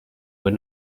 were